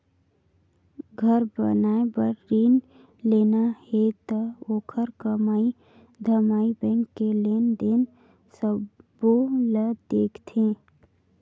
घर बनाए बर रिन लेना हे त ओखर कमई धमई बैंक के लेन देन सबो ल देखथें